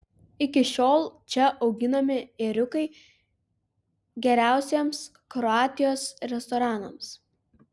iki šiol čia auginami ėriukai geriausiems kroatijos restoranams